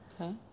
Okay